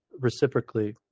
reciprocally